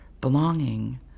Belonging